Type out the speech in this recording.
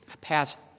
passed